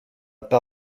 pas